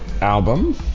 album